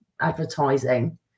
advertising